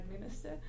minister